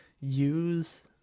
use